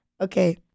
Okay